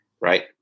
Right